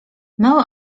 mały